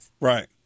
Right